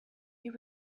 you